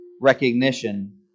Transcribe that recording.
recognition